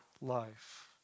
life